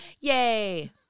Yay